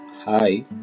Hi